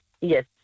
yes